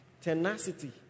Tenacity